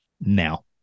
now